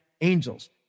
angels